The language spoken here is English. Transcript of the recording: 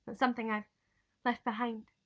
something i've left behind.